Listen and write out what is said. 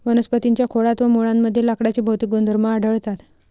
वनस्पतीं च्या खोडात व मुळांमध्ये लाकडाचे भौतिक गुणधर्म आढळतात